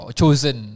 chosen